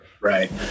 Right